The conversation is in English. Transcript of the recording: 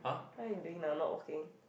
what are you doing now not working